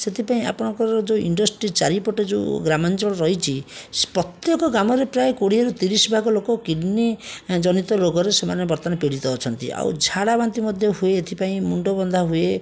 ସେଥିପାଇଁ ଆପଣଙ୍କର ଯେଉଁ ଇଣ୍ଡଷ୍ଟ୍ରି ଚାରି ପଟେ ଯେଉଁ ଗ୍ରାମାଞ୍ଚଳ ରହିଛି ପ୍ରତ୍ୟେକ ଗ୍ରାମରେ ପ୍ରାୟ କୋଡ଼ିଏରୁ ତିରିଶ ଭାଗ ଲୋକ କିଡ଼ନି ଜନିତ ରୋଗରେ ସେମାନେ ବର୍ତ୍ତମାନ ପୀଡ଼ିତ ଅଛନ୍ତି ଆଉ ଝାଡ଼ା ବାନ୍ତି ମଧ୍ୟ ହୁଏ ଏଥିପାଇଁ ମୁଣ୍ଡ ବିନ୍ଧା ହୁଏ